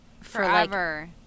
forever